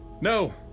No